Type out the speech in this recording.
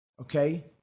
Okay